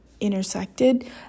intersected